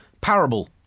parable